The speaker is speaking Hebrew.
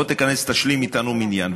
בוא תיכנס ותשלים איתנו מניין,